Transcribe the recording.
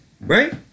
right